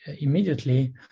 immediately